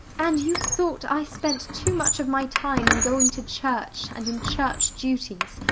and you thought i spent too much of my time in going to church, and in church duties.